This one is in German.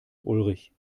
ulrich